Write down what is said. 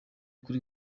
kuri